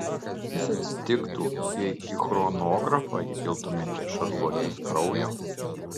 kas atsitiktų jei į chronografą įpiltumėte šarlotės kraujo